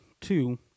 two